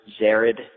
Zared